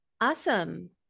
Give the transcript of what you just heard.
awesome